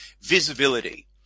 visibility